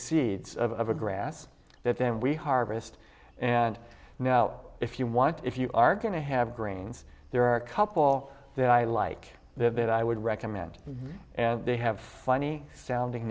seeds of a grass that then we harvest and now if you want if you are going to have grains there are a couple that i like that i would recommend and they have funny sounding